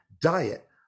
diet